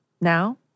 now